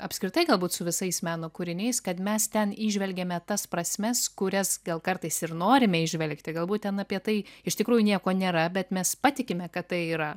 apskritai galbūt su visais meno kūriniais kad mes ten įžvelgiame tas prasmes kurias gal kartais ir norime įžvelgti galbūt ten apie tai iš tikrųjų nieko nėra bet mes patikime kad tai yra